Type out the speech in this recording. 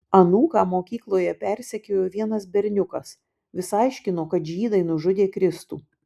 anūką mokykloje persekiojo vienas berniukas vis aiškino kad žydai nužudė kristų